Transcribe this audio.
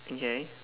okay